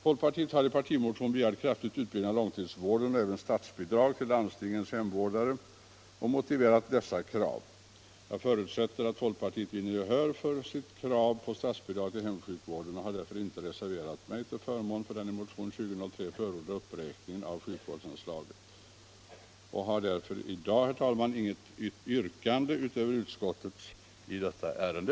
Folkpartiet har i partimotion begärt kraftig utbyggnad av långtidsvården och även statsbidrag till landstingens hemvårdare och motiverat detta krav. Jag förutsätter att folkpartiet vinner gehör för sitt krav på statsbidrag till hemsjukvården och har därför inte reserverat mig till förmån för den i motionen 1975/76:2003 förordade uppräkningen av sjukvårdsanslaget. Jag har alltså i dag, herr talman, inget yrkande utöver utskottets i detta ärende.